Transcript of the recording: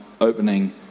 opening